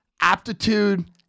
aptitude